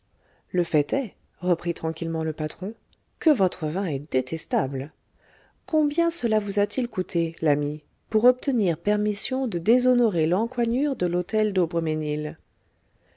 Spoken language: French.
le fait est reprit tranquillement le patron que votre vin est détestable combien cela vous a-t-il coûté l'ami pour obtenir permission de déshonorer l'encoignure de l'hôtel